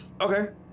okay